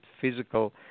physical